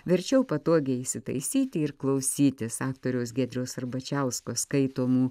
verčiau patogiai įsitaisyti ir klausytis aktoriaus giedriaus arbačiausko skaitomų